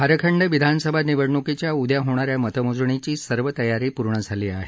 झारखंड विधानसभा निवडणुकीच्या उदया होणाऱ्या मतमोजणीची सर्व तयारी पूर्ण झाली आहे